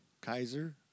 Kaiser